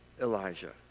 Elijah